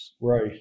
Right